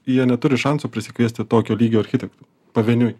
jie neturi šansų prisikviesti tokio lygio architektų pavieniui